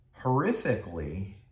horrifically